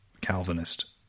Calvinist